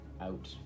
out